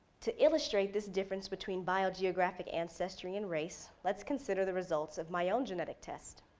to illustrate this difference between biogeographic ancestry and race, let's consider the results of my own genetic test.